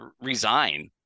resign